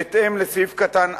בהתאם לסעיף קטן (א)